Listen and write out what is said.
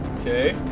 okay